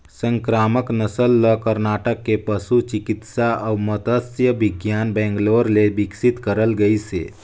संकरामक नसल ल करनाटक के पसु चिकित्सा अउ मत्स्य बिग्यान बैंगलोर ले बिकसित करल गइसे